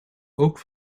ook